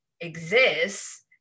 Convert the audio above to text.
exists